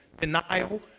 Denial